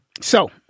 So-